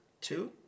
two